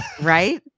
right